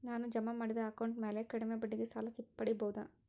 ನಾನು ಜಮಾ ಮಾಡಿದ ಅಕೌಂಟ್ ಮ್ಯಾಲೆ ಕಡಿಮೆ ಬಡ್ಡಿಗೆ ಸಾಲ ಪಡೇಬೋದಾ?